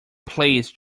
please